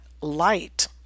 light